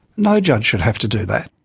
no judge should have to do that.